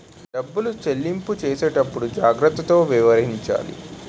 డబ్బులు చెల్లింపు చేసేటప్పుడు జాగ్రత్తతో వ్యవహరించాలి